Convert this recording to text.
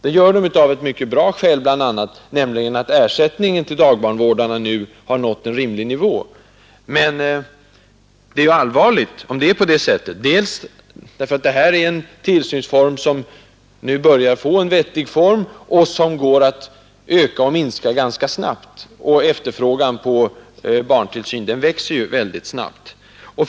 Den gör det delvis på grund av en mycket positiv utveckling, nämligen att ersättningen till dagbarnvårdarna nu har nått en rimlig nivå. Men det är ju ändå allvarligt. För det första därför att det här är en tillsyn som börjar få en vettig form och som går att öka och minska ganska snabbt — och efterfrågan på barntillsyn växer ju väldigt hastigt.